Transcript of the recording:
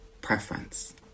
preference